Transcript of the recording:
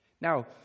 Now